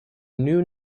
new